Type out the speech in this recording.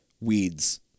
Weeds